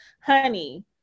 honey